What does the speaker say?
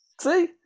see